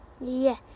Yes